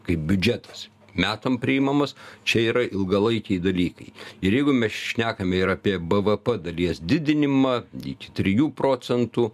kaip biudžetas metam priimamas čia yra ilgalaikiai dalykai ir jeigu mes šnekame ir apie bvp dalies didinimą iki trijų procentų